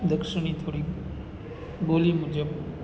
દક્ષિણની થોડીક બોલી મુજબ